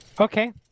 Okay